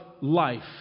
life